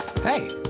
Hey